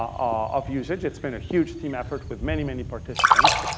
um of usage, it's been a huge team effort with many, many participants.